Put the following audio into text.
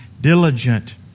diligent